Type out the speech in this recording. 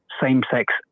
same-sex